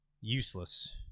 useless